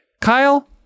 Kyle